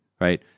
right